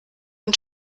und